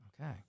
Okay